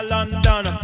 London